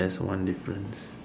there's one difference